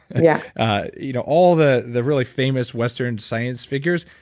yeah ah you know all the the really famous western science figures,